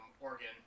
Oregon